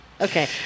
Okay